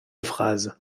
phrase